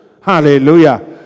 Hallelujah